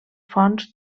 fonts